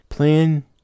Plan